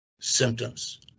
symptoms